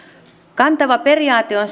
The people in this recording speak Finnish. kantava periaate on